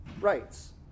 rights